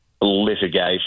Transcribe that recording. litigation